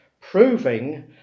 proving